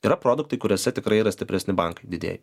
yra produktai kuriuose tikrai yra stipresni bankai didieji